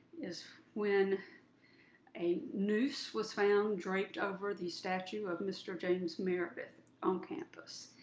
is when a noose was found draped over the statue of mr. james meredith on campus.